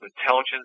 intelligence